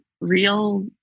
real